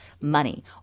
money